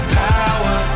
power